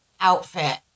outfit